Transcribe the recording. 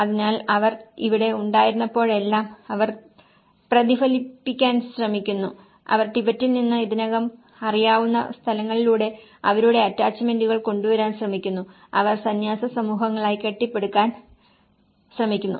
അതിനാൽ അവർ അവിടെ ഉണ്ടായിരുന്നപ്പോഴെല്ലാം അവർ പ്രതിഫലിപ്പിക്കാൻ ശ്രമിക്കുന്നു അവർ ടിബറ്റിൽ നിന്ന് ഇതിനകം അറിയാവുന്ന സ്ഥലങ്ങളിലൂടെ അവരുടെ അറ്റാച്ചുമെന്റുകൾ കൊണ്ടുവരാൻ ശ്രമിക്കുന്നു അവർ സന്യാസ സമൂഹങ്ങളായി കെട്ടിപ്പടുക്കാൻ ശ്രമിക്കുന്നു